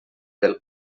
del